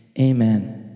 Amen